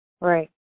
Right